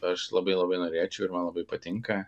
aš labai labai norėčiau ir man labai patinka